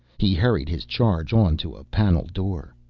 he hurried his charge on to a panel door.